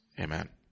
amen